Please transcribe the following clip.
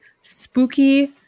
spooky